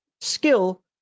skill